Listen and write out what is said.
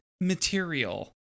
material